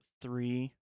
three